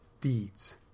deeds